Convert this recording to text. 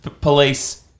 police